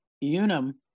unum